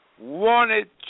wanted